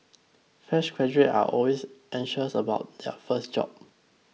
fresh graduates are always anxious about their first job